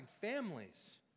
families